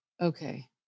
Okay